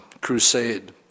crusade